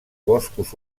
boscos